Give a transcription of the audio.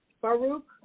Baruch